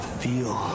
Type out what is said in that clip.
feel